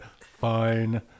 fine